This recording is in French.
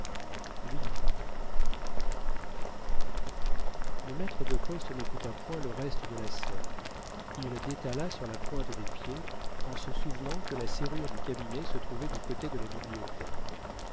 oui mon parrain le maître de poste n'écouta point le reste de la scène il détala sur la pointe des pieds en se souvenant que la serrure du cabinet se trouvait du côté de la bibliothèque